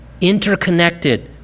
interconnected